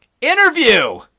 Interview